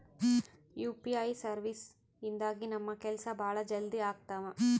UPI services ಇಂದಾಗಿ ನಮ್ ಕೆಲ್ಸ ಭಾಳ ಜಲ್ದಿ ಅಗ್ತವ